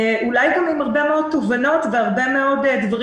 אולי גם עם הרבה תובנות והרבה דברים